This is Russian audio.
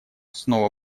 снова